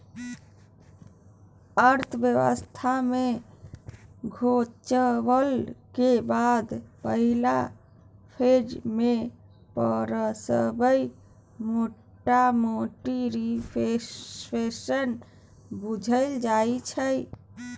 अर्थव्यवस्था मे घोकचब केर बाद पहिल फेज मे पसरब मोटामोटी रिफ्लेशन बुझल जाइ छै